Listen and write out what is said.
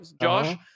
Josh